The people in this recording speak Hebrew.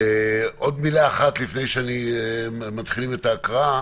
עוד מילה אחת לפני שמתחילים את ההקראה.